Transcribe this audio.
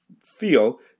feel